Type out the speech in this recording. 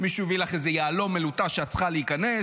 מישהו הביא לך איזה יהלום מלוטש שאת צריכה להיכנס?